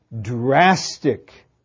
drastic